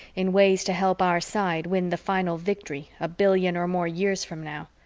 in ways to help our side win the final victory a billion or more years from now.